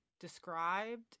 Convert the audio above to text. described